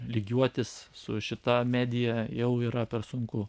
lygiuotis su šita medija jau yra per sunku